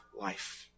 life